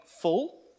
full